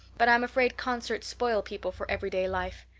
but i'm afraid concerts spoil people for everyday life.